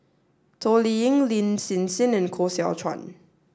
Toh Liying Lin Hsin Hsin and Koh Seow Chuan